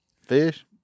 Fish